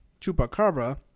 chupacabra